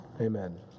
Amen